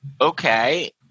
okay